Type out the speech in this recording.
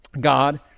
God